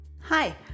Hi